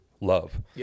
love